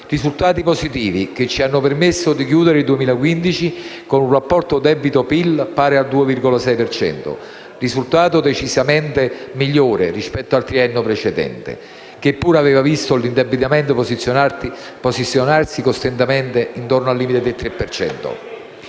risultati positivi, che ci hanno permesso di chiudere il 2015 con un rapporto *deficit*-PIL pari al 2,6 per cento, un risultato decisamente migliore rispetto al triennio precedente, che pure aveva visto l'indebitamento posizionarsi costantemente intorno al limite del 3